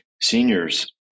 Seniors